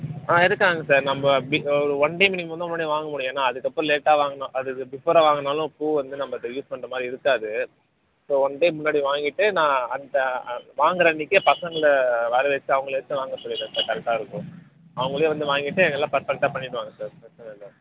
ஆ இருக்காங்க சார் நம்ம் அப்படி ஒரு ஒன் டே மினிமம் தான் முன்னாடி வாங்க முடியும் ஏன்னால் அதுக்கப்புறம் லேட்டாக வாங்கினோம் அதுக்கு பிஃபோரா வாங்கினாலும் பூ வந்து நம்ம அதை யூஸ் பண்ணுற மாதிரி இருக்காது ஸோ ஒன் டே முன்னாடி வாங்கிட்டு நான் அந்த வாங்கிற அன்றைக்கே பசங்களை வர வச்சு அவங்கள வச்சு வாங்க சொல்லிகிட்றேன் சார் கரெக்டாக இருக்கும் அவங்களே வந்து வாங்கிட்டு எல்லாம் பர்ஃபெக்ட்டாக பண்ணிவிடுவாங்க சார் பிரச்சின இல்லை